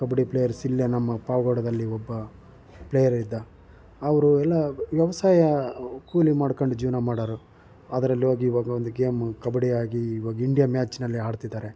kabaddi players ಇಲ್ಲೇ ನಮ್ಮ ಪಾವಗಡದಲ್ಲಿ ಒಬ್ಬ ಪ್ಲೇಯರಿದ್ದ ಅವರು ಎಲ್ಲ ವ್ಯವಸಾಯ ಕೂಲಿ ಮಾಡ್ಕೊಂಡು ಜೀವನ ಮಾಡೋರು ಅದರಲ್ಲೋಗಿ ಒಂದೊಂದು ಗೇಮು ಕಬಡ್ಡಿ ಆಗಿ ಈವಾಗ ಇಂಡಿಯಾ ಮ್ಯಾಚ್ನಲ್ಲಿ ಆಡ್ತಿದ್ದಾರೆ